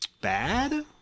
bad